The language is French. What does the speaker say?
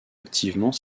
activement